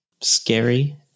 scary